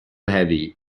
heavy